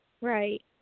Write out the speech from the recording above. Right